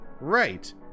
Right